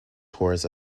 tours